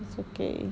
it's okay